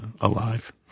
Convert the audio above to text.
alive